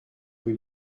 rue